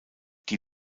die